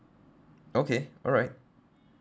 okay alright